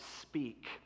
speak